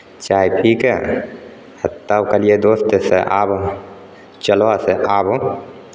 चाय पी कऽ आ तब कहलियै दोस्तसँ आब चलह से आब